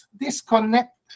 disconnect